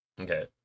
Okay